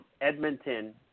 Edmonton